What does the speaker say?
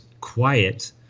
quiet